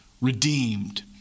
redeemed